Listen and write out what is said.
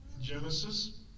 Genesis